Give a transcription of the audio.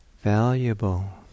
valuable